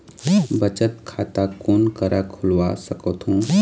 बचत खाता कोन करा खुलवा सकथौं?